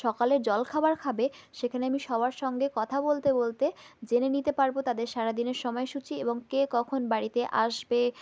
সকালের জলখাবার খাবে সেখানে আমি সবার সঙ্গে কথা বলতে বলতে জেনে নিতে পারব তাদের সারাদিনের সময়সূচি এবং কে কখন বাড়িতে আসবে